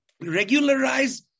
regularize